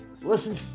Listen